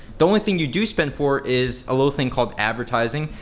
the only thing you do spend for is a little thing called advertising,